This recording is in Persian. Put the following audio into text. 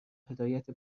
هدایت